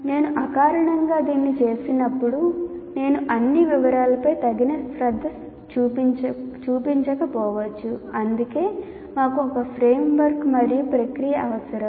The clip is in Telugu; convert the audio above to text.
నేను అకారణంగా దీన్ని చేసినప్పుడు నేను అన్ని వివరాలపై తగిన శ్రద్ధ చూపకపోవచ్చు అందుకే మాకు ఒక ఫ్రేమ్వర్క్ మరియు ప్రక్రియ అవసరం